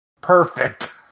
perfect